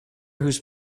whose